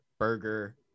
burger